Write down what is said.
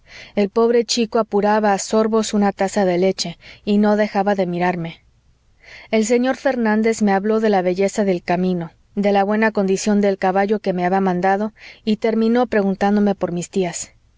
el pobre chico apuraba a sorbos una taza de leche y no dejaba de mirarme el señor fernández me habló de la belleza del camino de la buena condición del caballo que me había mandado y terminó preguntándome por mis tías